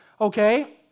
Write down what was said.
Okay